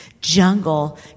jungle